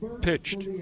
pitched